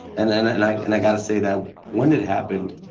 and and like and i got to say that when it happened,